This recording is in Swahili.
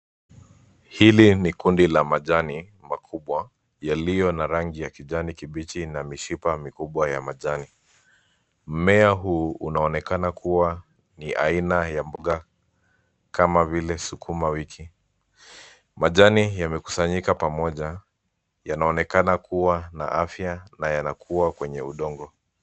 Hili ni kundi la majani makubwa yaliyo na rangi ya kijani kibichi na mishiba mikubwa ya majani, mmea huu unaonekana kua ni aina ya mboga kama vile sukuma wiki, majani yamekusanyika pamoja yanaonekana kua na afya na yanakua kwenye udongo.